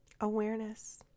awareness